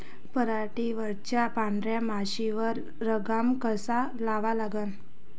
पराटीवरच्या पांढऱ्या माशीवर लगाम कसा लावा लागन?